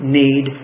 need